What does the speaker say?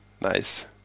nice